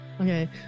Okay